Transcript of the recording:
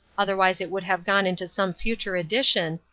otherwise it would have gone into some future edition,